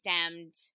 stemmed